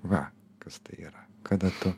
va kas tai yra kada tu